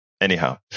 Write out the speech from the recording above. anyhow